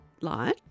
light